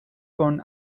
con